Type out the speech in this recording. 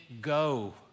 go